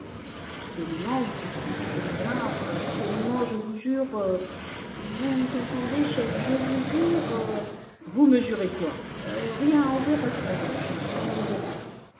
seulement poursuivit ganimard seulement je vous jure vous entendez chef je vous jure vous me jurez quoi rien on verra ça chef on verra